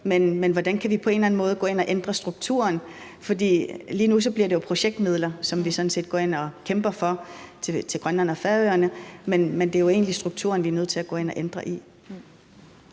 Men hvordan kan vi på en eller anden måde gå ind og ændre strukturen? For lige nu bliver det jo projektmidler, som vi sådan set går ind og kæmper for til Grønland og Færøerne, men det er egentlig strukturen, vi er nødt til at gå ind og ændre i.